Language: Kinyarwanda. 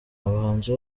abahanzi